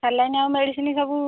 saline ଆଉ medicine ସବୁ